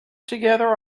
together